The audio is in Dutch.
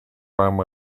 waarom